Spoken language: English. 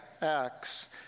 Acts